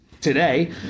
today